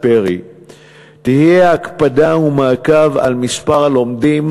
פרי יהיו הקפדה ומעקב על מספר הלומדים,